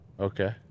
Okay